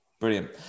Brilliant